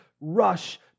rush